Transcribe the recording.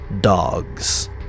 dogs